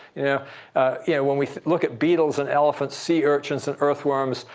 yeah yeah when we look at beetles and elephants, sea urchins and earthworms,